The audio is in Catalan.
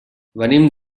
venim